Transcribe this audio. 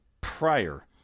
prior